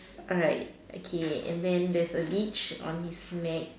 alright okay and then there's a leash on his neck